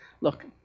Look